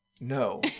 no